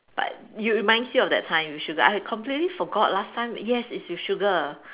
but reminds you of that time with sugar I completely forgot last time yes it's with sugar